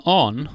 on